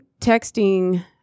texting